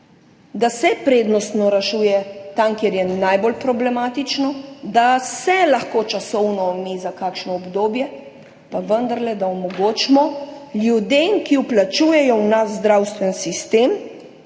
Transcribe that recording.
da se prednostno rešuje tam, kjer je najbolj problematično, da se lahko časovno omeji za kakšno obdobje, pa vendarle da omogočimo ljudem, ki vplačujejo v naš zdravstveni sistem,